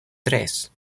tres